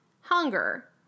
hunger